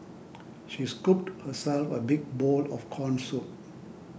she scooped herself a big bowl of Corn Soup